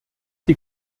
die